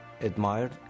admired